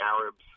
Arabs